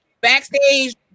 backstage